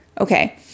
Okay